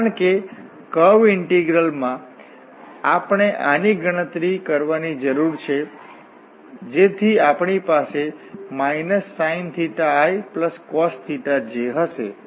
કારણ કે curve integral માં આપણે આની ગણતરી કરવાની જરૂર છે જેથી આપણી પાસે sin icos j હશે